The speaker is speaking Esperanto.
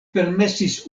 permesis